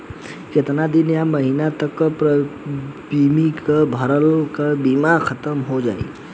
केतना दिन या महीना तक प्रीमियम ना भरला से बीमा ख़तम हो जायी?